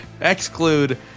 exclude